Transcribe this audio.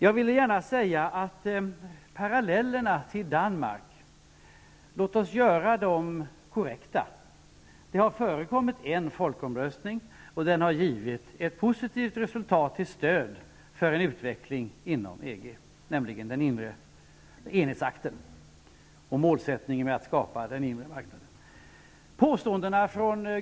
Jag vill gärna säga, att låt oss göra parallellerna till Danmark korrekta. Det har förekommit en folkomröstning och den har givit ett positivt resultat till stöd för en utveckling inom EG, nämligen den inre enhetsakten och målsättningen att skapa den inre marknaden.